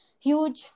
huge